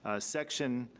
ah section,